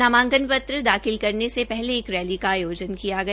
नामांकन पत्र दाखिल करने से पहले एक रैली का आयोजन किया गया